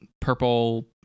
purple